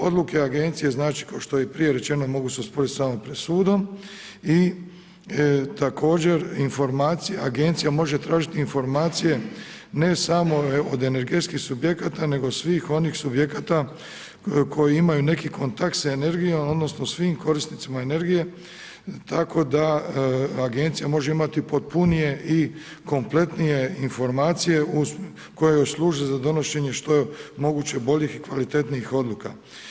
Odluke agencije znači, što je i prije rečeno mogu se spojit samo pred sudom i također informacija, agencija može tražiti informacije ne samo od energetskih subjekata nego svih onih subjekata koji imaju neki kontakt sa energijom, odnosno svim korisnicima energije, tako da agencija može imati potpunije i kompletnije informacije koje služe za donošenje što je moguće boljih i kvalitetnijih odluka.